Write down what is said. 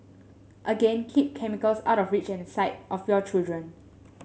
again keep chemicals out of reach and sight of your child